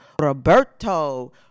roberto